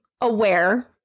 aware